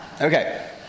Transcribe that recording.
Okay